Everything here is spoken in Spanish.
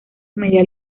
medial